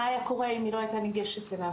מה היה קורה אם היא לא הייתה ניגשת אליו.